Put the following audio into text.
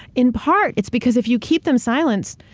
in part, it's because if you keep them silent,